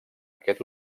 aquest